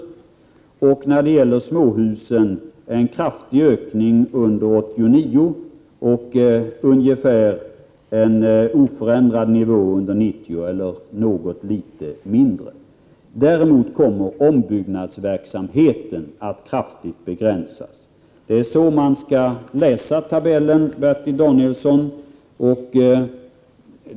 När det gäller småhusen kommer det att ske en kraftig ökning under 1989. Under 1990 kommer nivån att vara ungefär oförändrad eller något lägre. Däremot kommer ombyggnadsverksamheten att kraftigt begränsas. Det är så, Bertil Danielsson, man skall läsa tabellen.